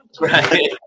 right